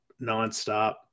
nonstop